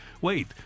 Wait